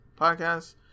Podcast